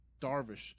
Darvish